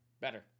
Better